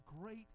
great